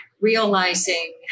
realizing